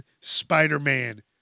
Spider-Man